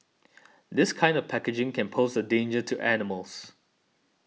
this kind of packaging can pose a danger to animals